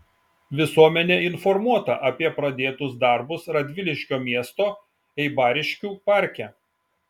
visuomenė informuota apie pradėtus darbus radviliškio miesto eibariškių parke